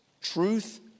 truth